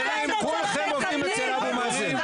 כולכם עובדים אצל אבו מאזן.